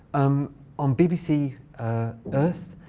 um on bbc earth,